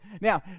Now